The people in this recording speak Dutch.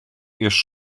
eerst